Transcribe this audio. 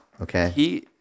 Okay